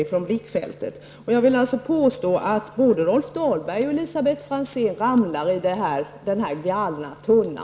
Jag påstår att både Rolf Dahlberg och Elisabet Franzén ramlar i denna galna tunna.